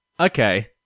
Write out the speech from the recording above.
Okay